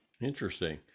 Interesting